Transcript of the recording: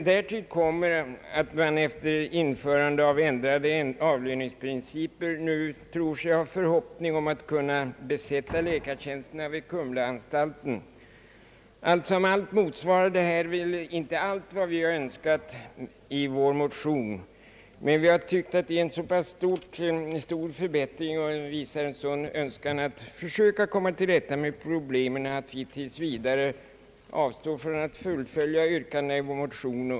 Därtill kommer att man efter införande av ändrade avlöningsprinciper nu tror sig ha förhoppning om att kunna besätta läkartjänsterna vid Kumlaanstalten. Allt som allt motsvarar detta väl inte allt vad vi har önskat i vår motion, men vi har tyckt att det innebär en så pass stor förbättring och visar en sådan önskan att försöka komma till rätta med problemen att vi tills vidare avstår från att fullfölja yrkandena i vår motion.